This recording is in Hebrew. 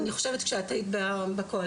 אני חושבת כשאת היית בקואליציה.